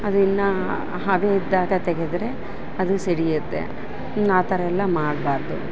ಅದು ಇನ್ನ ಹಬೆ ಇದ್ದಾಗ ತೆಗೆದರೆ ಅದು ಸಿಡಿಯುತ್ತೆ ಆ ಥರ ಎಲ್ಲ ಮಾಡ್ಬಾರದು